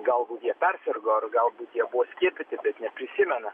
galbūt jie persirgo ar galbūt jie buvo skiepyti neprisimena